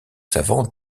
savants